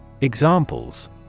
Examples